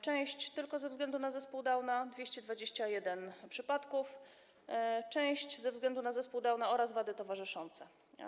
Część tylko ze względu na zespół Downa - 221 przypadków, część ze względu na zespół Downa oraz wady towarzyszące.